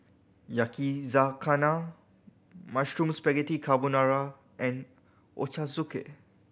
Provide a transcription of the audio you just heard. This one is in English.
Yakizakana Mushroom Spaghetti Carbonara and Ochazuke